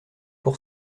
pour